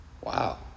wow